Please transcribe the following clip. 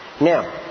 Now